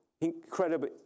incredible